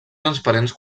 transparents